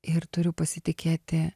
ir turiu pasitikėti